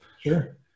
Sure